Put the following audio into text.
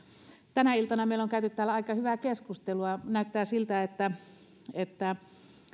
tänä iltana meillä on käyty täällä aika hyvää keskustelua näyttää siltä että että